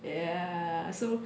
ya so